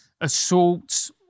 assaults